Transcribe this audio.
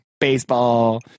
baseball